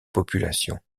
population